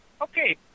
okay